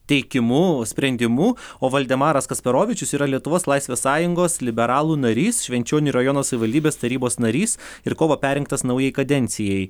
teikimu sprendimu o valdemaras kasperovičius yra lietuvos laisvės sąjungos liberalų narys švenčionių rajono savivaldybės tarybos narys ir kovą perrinktas naujai kadencijai